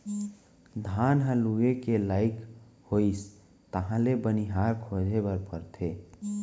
धान ह लूए के लइक होइस तहाँ ले बनिहार खोजे बर परथे